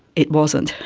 it wasn't.